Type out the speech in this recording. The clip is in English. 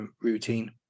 routine